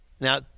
Now